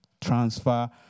transfer